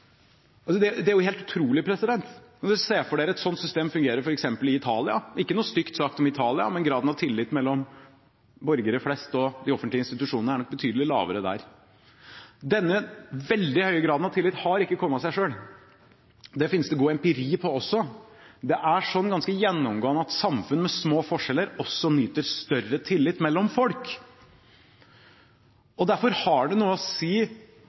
og så betaler de det de skal i skatt. Det er helt utrolig. Kan dere se for dere et sånt system fungere i f.eks. Italia? Ikke noe stygt sagt om Italia, men graden av tillit mellom borgere flest og de offentlige institusjonene er nok betydelig lavere der. Denne veldig høye graden av tillit har ikke kommet av seg selv. Det finnes det også god empiri på. Det er ganske gjennomgående at samfunn med små forskjeller også nyter større tillit mellom folk. Derfor har det noe å si